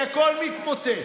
ממשלת החרטא, כי הכול מתמוטט.